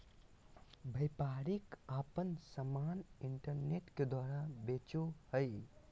व्यापारी आपन समान इन्टरनेट के द्वारा बेचो हइ